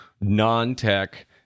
non-tech